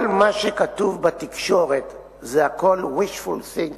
כל מה שכתוב בתקשורת זה הכול wishful thinking